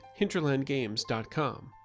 hinterlandgames.com